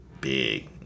big